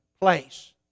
place